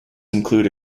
include